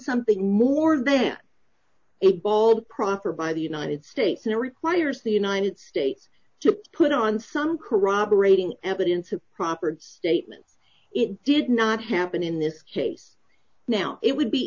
something more than a ball proffered by the united states and it requires the united states to put on some corroborating evidence of proper statements it did not happen in this case now it would be